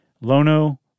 Lono